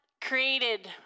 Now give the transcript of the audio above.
created